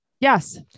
Yes